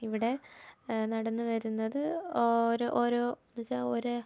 ഇവിടെ നടന്നു വരുന്നത് ഓരോ ഓരോ എന്നുവെച്ചാൽ ഒരു